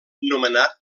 nomenat